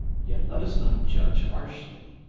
yet let us not judge harshly.